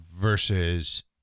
Versus